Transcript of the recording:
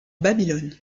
babylone